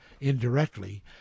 indirectly